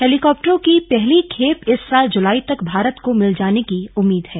हेलीकॉप्टरों की पहली खेप इस साल जुलाई तक भारत को मिल जाने की उम्मीद है